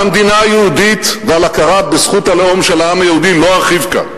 על המדינה היהודית ועל הכרה בזכות הלאום של העם היהודי לא ארחיב כאן.